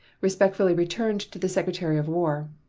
respectfully returned to the secretary of war.